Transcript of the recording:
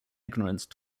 ignorance